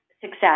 success